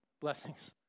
blessings